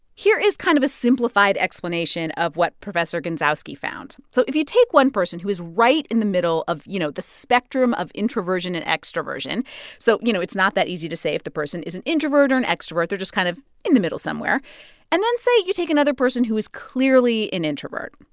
here is kind of a simplified explanation of what professor gensowski found. so if you take one person who is right in the middle of, you know, the spectrum of introversion and extroversion so, you know, it's not that easy to say if the person is an introvert or an extrovert they're just kind of in the middle somewhere and then, say, you take another person who is clearly an introvert,